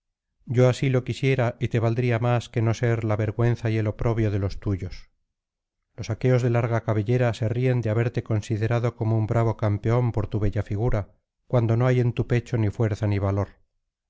yo así lo quisiera y te valdría más que no ser la vergüenza y el oprobio de los tuyos los aqueos de larga cabellera se ríen de haberte considerado como un bravo campeón por tu bella figura cuando no hay en tu pecho ni fuerza ni valor